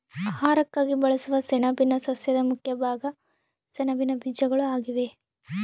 ಆಹಾರಕ್ಕಾಗಿ ಬಳಸುವ ಸೆಣಬಿನ ಸಸ್ಯದ ಮುಖ್ಯ ಭಾಗ ಸೆಣಬಿನ ಬೀಜಗಳು ಆಗಿವೆ